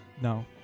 No